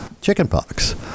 chickenpox